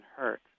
hurt